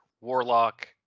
Warlock